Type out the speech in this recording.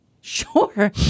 Sure